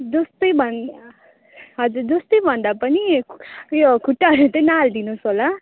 जस्तै भए पनि हजुर जस्तै भन्दा पनि यो खुट्टाहरू चाहिँ नहालिदिनु होस् होला